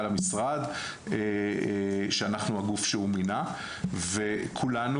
המשרד שאנחנו הגוף שהוא מינה וכולנו,